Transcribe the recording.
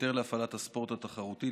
היתר להפעלת הספורט התחרותי,